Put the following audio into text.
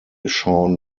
shawn